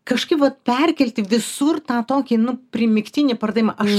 kažkaip vat perkelti visur tą tokį nu primygtinį pardavimą aš